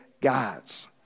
gods